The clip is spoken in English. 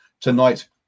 tonight